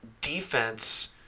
defense